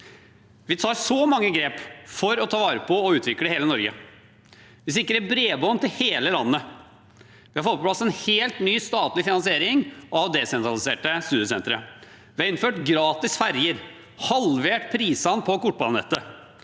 Vi tar svært mange grep for å ta vare på og utvikle hele Norge: Vi sikrer bredbånd til hele landet. Vi har fått på plass en helt ny statlig finansiering av desentraliserte studiesentre. Vi har innført gratis ferjer og halvert prisene på kortbanenettet.